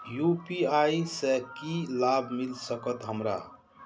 UPI से की लाभ मिल सकत हमरा?